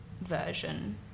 version